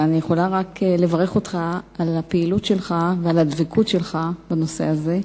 ואני יכולה רק לברך אותך על הפעילות שלך ועל הדבקות שלך בנושא הזה,